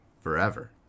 forever